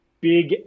big